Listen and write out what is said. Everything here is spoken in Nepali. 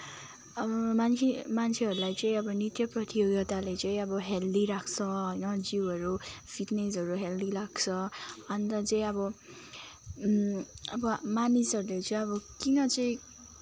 मान्छे मान्छेहरूलाई चाहिँ अब नृत्य प्रतियोगिताले चाहिँ अब हेल्दी राख्छ होइन जिउहरू सिक्नेसहरू हेल्दी लाग्छ अन्त चाहिँ अब अब मानिसहरूले चाहिँ अब किन चाहिँ